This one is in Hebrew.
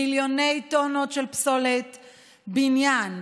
מיליוני טונות של פסולת בניין,